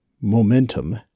momentum